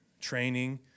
training